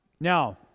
Now